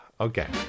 Okay